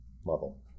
level